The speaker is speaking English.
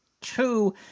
two